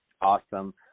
Awesome